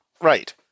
Right